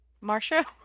Marcia